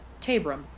Tabram